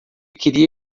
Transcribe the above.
queria